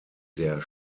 der